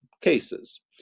cases